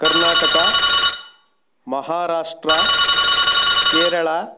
Karnataka Maharashtra Kerala